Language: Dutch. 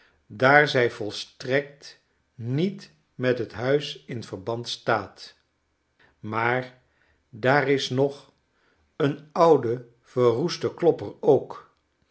daar zij volstrekt niet met het huis in verband staat maar daar is nog een oude verroeste klopper ook